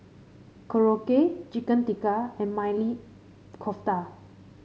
Korokke Chicken Tikka and Maili Kofta